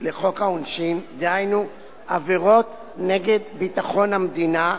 לחוק העונשין, דהיינו עבירות נגד ביטחון המדינה,